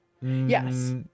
Yes